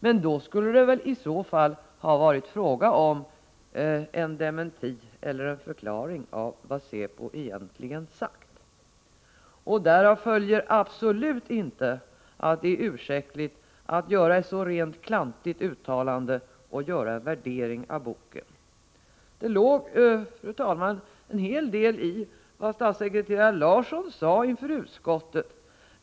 Men då skulle det i så fall ha varit fråga om en dementi, eller förklaring av vad säpo egentligen sagt. Därav följer absolut inte att det är ursäktligt att göra ett så rent klantigt uttalande och göra en värdering av boken. Det låg, fru talman, en hel del i vad statssekreterare Larsson sade inför utskottet.